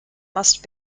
must